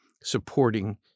supporting